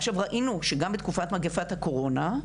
עכשיו ראינו שגם בתקופת מגפת הקורונה,